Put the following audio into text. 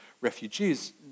refugees